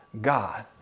God